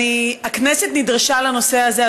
הכנסת נדרשה לנושא הזה,